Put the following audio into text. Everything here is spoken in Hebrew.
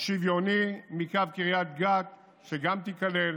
הוא שוויוני, מקו קריית גת, שגם תיכלל,